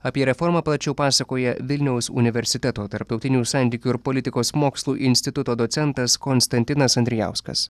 apie reformą plačiau pasakoja vilniaus universiteto tarptautinių santykių ir politikos mokslų instituto docentas konstantinas andrijauskas